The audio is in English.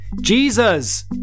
Jesus